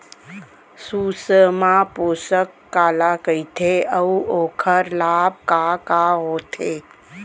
सुषमा पोसक काला कइथे अऊ ओखर लाभ का का होथे?